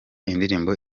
indirimbo